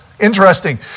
Interesting